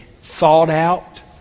thought-out